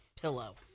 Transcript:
pillow